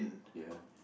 ya